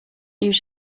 use